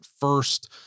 first